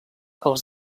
els